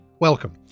Welcome